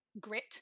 grit